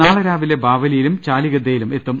നാളെ രാവിലെ ബാവലിയിലും ചാലിഗദ്ദയിലും എത്തും